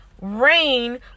rain